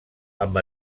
amb